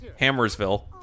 hammersville